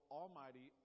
almighty